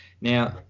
Now